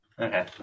Okay